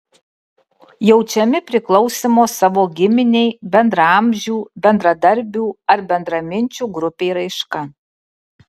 jaučiami priklausymo savo giminei bendraamžių bendradarbių ar bendraminčių grupei raiška